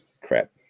Crap